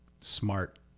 smart